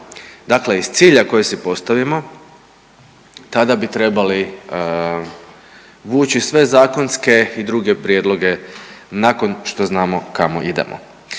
Dakle, iz cilja koji si postavimo, tada bi trebali vuči sve zakonske i druge prijedloge nakon što znamo kamo idemo.